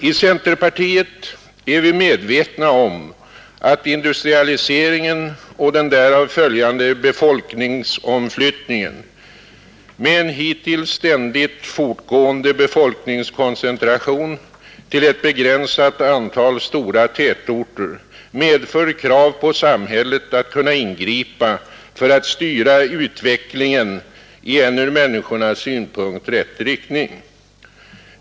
I centerpartiet är vi medvetna om att industrialiseringen och den därav följande befolkningsomflyttningen med en hittills ständigt fortgående befolkningskoncentration till ett begränsat antal stora tätorter medför krav på samhället att kunna ingripa för att styra utvecklingen i en från människornas synpunkt rätt riktning.